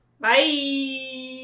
Bye